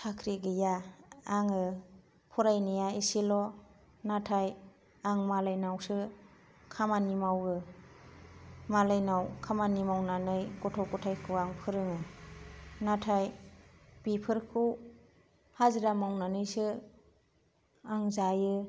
साख्रि गैया आङो फरायनाया एसेल' नाथाय आं मालायनावसो खामानि मावो मालायनाव खामानि मावनानै गथ' गथायखौ आं फोरोङो नाथाय बिफोरखौ हाजिरा मावनानैसो आं जायो